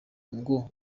ngo